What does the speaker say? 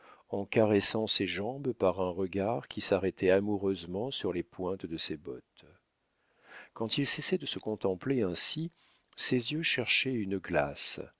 en caressant ses jambes par un regard qui s'arrêtait amoureusement sur les pointes de ses bottes quand il cessait de se contempler ainsi ses yeux cherchaient une glace